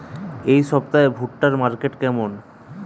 এই সপ্তাহে ভুট্টার মার্কেট কেমন?